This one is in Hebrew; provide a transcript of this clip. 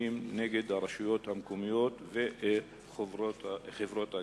נגד הרשויות המקומיות וחברות הגבייה?